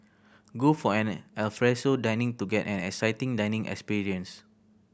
go for an alfresco dining to get an exciting dining experience